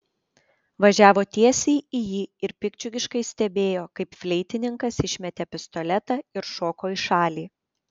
važiavo tiesiai į jį ir piktdžiugiškai stebėjo kaip fleitininkas išmetė pistoletą ir šoko į šalį